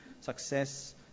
success